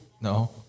No